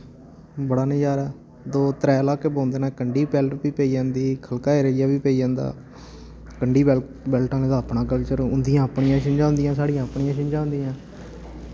बड़ा नजारा दो त्रै इलाके पौंदे ने कंढी बैल्ट बी पेई जन्दी ख'लका एरिया बी पेई जंदा कंढी बै बैल्ट आह्लें दा अपना कल्चर उं'दियां अपनियां छिंजां होंदियां साढ़ियां अपनियां छिंजां होंदियां